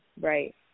right